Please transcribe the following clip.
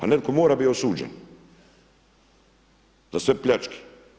A netko mora biti osuđen za sve pljačke.